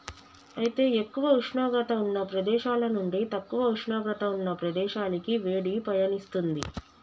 అయితే ఎక్కువ ఉష్ణోగ్రత ఉన్న ప్రదేశాల నుండి తక్కువ ఉష్ణోగ్రత ఉన్న ప్రదేశాలకి వేడి పయనిస్తుంది